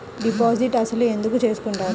Deposit అసలు ఎందుకు చేసుకుంటారు?